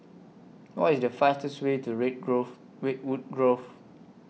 What IS The fastest Way to Red Grove Redwood Grove